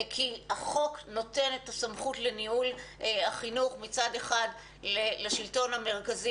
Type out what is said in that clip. כי החוק נותן את הסמכות לניהול החינוך מצד אחד לשלטון המרכזי